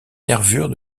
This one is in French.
nervures